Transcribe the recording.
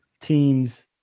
teams